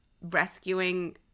rescuing